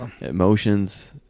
emotions